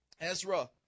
Ezra